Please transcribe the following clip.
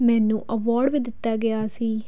ਮੈਨੂੰ ਅਵਾਰਡ ਵੀ ਦਿੱਤਾ ਗਿਆ ਸੀ